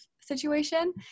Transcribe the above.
situation